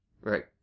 right